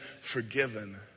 forgiven